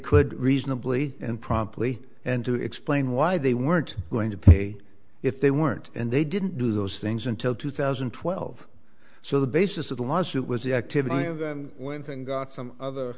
could reasonably and promptly and to explain why they weren't going to pay if they weren't and they didn't do those things until two thousand and twelve so the basis of the lawsuit was the activity of them went and got some other